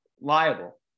liable